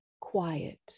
quiet